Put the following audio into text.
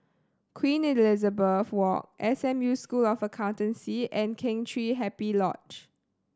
Queen Elizabeth Walk S M U School of Accountancy and Kheng Chiu Happy Lodge